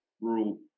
rural